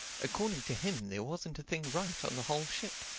according to him there wasn't a thing right on the whole ship.